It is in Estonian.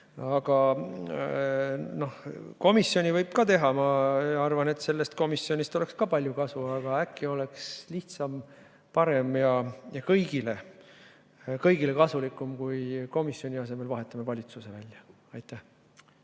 Aga komisjoni võib ka teha. Ma arvan, et sellest komisjonist oleks ka palju kasu, aga äkki oleks lihtsam, parem ja kõigile kasulikum, kui komisjoni [tegemise] asemel vahetame valitsuse välja. Aitäh!